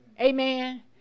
Amen